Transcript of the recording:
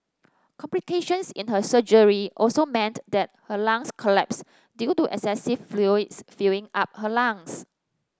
complications in her surgery also meant that her lungs collapsed due to excessive fluids filling up her lungs